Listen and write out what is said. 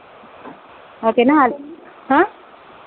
ఓకేనా అ